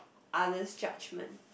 others judgement